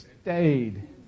stayed